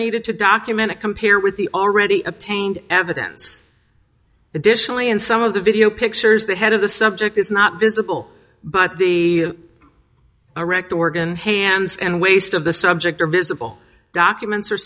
needed to document it compare with the already obtained evidence additionally in some of the video pictures the head of the subject is not visible but the erect organ hands and waist of the subject are visible documents